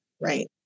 right